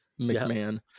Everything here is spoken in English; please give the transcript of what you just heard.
mcmahon